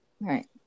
Right